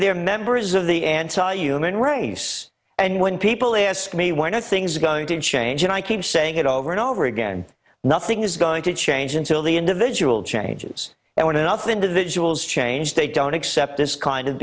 they're members of the anti human race and when people ask me why nothing's going to change and i keep saying it over and over again nothing is going to change until the individual changes and when enough individuals change they don't accept this kind of